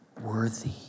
worthy